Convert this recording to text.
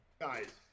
guys